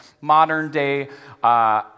modern-day